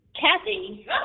Kathy